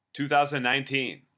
2019